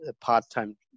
part-time